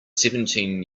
seventeen